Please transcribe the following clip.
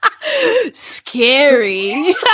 Scary